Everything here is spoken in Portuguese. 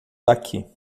daqui